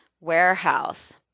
Warehouse